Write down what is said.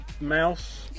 mouse